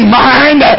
mind